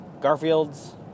Garfield's